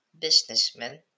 businessman